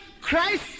Christ